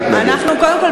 קודם כול,